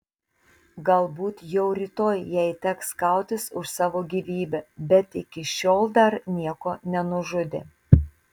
galbūt jau rytoj jai teks kautis už savo gyvybę bet iki šiol dar nieko nenužudė